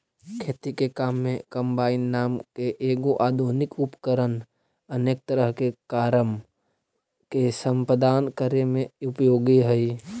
खेती के काम में कम्बाइन नाम के एगो आधुनिक उपकरण अनेक तरह के कारम के सम्पादन करे में उपयोगी हई